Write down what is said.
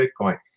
Bitcoin